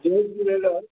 Jay Jhulelal